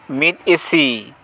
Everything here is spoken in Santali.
ᱢᱤᱫ ᱤᱥᱤ